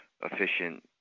efficient